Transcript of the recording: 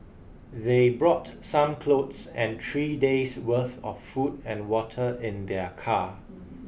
they brought some clothes and three days' worth of food and water in their car